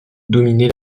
dominait